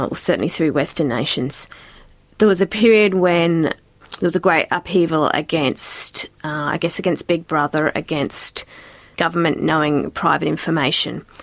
so certainly through western nations there was a period when there was a great upheaval against. i guess against big brother, against government knowing private information,